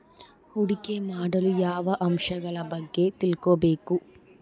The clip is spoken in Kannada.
ಹೂಡಿಕೆ ಮಾಡಲು ಯಾವ ಅಂಶಗಳ ಬಗ್ಗೆ ತಿಳ್ಕೊಬೇಕು?